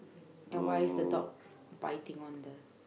and why is the dog biting on the